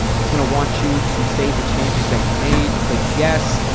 it's going to want you to save the changes that you made click yes,